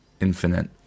infinite